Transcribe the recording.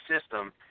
system